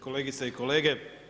Kolegice i kolege.